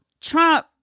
Trump